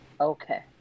Okay